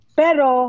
pero